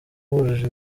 bujuje